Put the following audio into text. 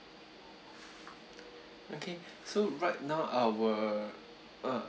okay so right now our uh